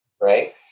right